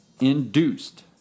induced